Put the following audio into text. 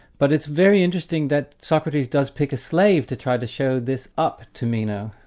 but it's very interesting that socrates does pick a slave to try to show this up to meno,